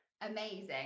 Amazing